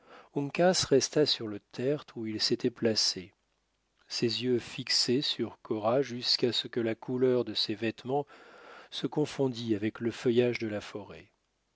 uncas resta sur le tertre où il s'était placé ses yeux fixés sur cora jusqu'à ce que la couleur de ses vêtements se confondît avec le feuillage de la forêt